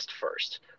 first